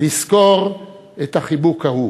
לזכור את החיבוק ההוא